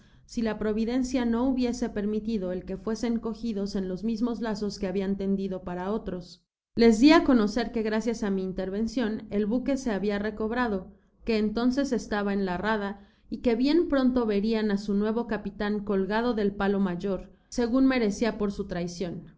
si la píovidencia no hubiese permitido el que fuesen cogidos en los mismos lazos que habian tendido para otros les di á conocer que gracias á mi intervencion el buque se habia recobrado que entonces estaba en la rada y que bien pronto verian á su nuevo capitan colgado del palo mayor segun merecía por su traicion